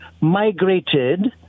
migrated